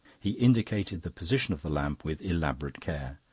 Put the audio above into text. he indicated the position of the lamp with elaborate care.